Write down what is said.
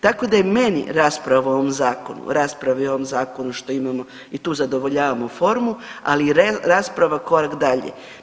Tako je meni rasprava o ovom zakonu, raspravi o ovom zakonu što imamo i tu zadovoljavamo formu, ali rasprava korak dalje.